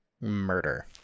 murder